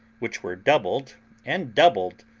which were doubled and doubled,